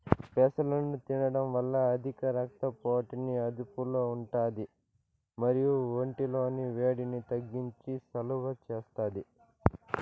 పెసలను తినడం వల్ల అధిక రక్త పోటుని అదుపులో ఉంటాది మరియు ఒంటి లోని వేడిని తగ్గించి సలువ చేస్తాది